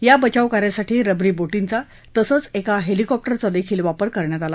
या बचावकार्यासाठी रबरी बोटींचा तसंच एका हर्लिकॉप्टरचाही वापर करण्यात आला